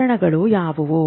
ಕಾರಣಗಳು ಯಾವುವು